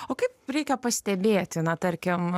o kaip reikia pastebėti na tarkim